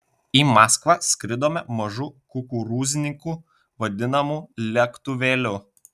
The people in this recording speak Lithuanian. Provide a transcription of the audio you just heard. į maskvą skridome mažu kukurūzniku vadinamu lėktuvėliu